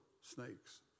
snakes